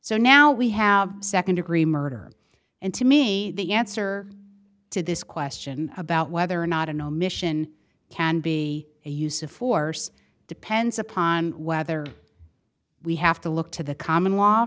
so now we have nd degree murder and to me the answer to this question about whether or not an omission can be a use of force depends upon whether we have to look to the common law